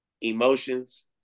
emotions